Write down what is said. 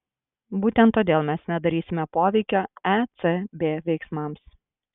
būtent todėl mes nedarysime poveikio ecb veiksmams